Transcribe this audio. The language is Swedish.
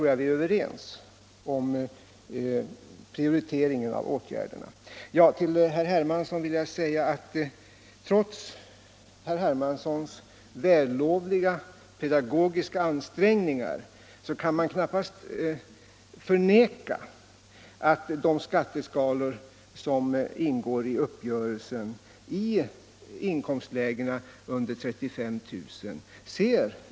Jag vill säga till herr Hermansson att man, trots herr Hermanssons vällovliga pedagogiska ansträngningar, knappast kan förneka att de skatteskalor som ingår i uppgörelsen i inkomstlägena under 35 000 kr.